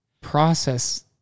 process